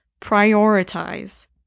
Prioritize